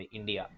India